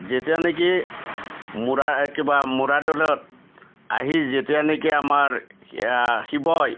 যেতিয়া নেকি মূৰা কিবা মূৰাদ'লত আহি যেতিয়া নেকি আমাৰ শিৱই